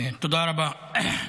תודה רבה.